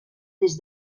des